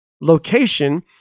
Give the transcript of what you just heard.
location